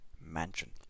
Mansion